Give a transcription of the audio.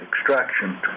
extraction